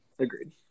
Agreed